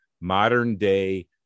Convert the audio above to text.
modern-day